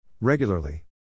Regularly